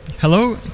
Hello